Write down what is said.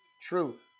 Truth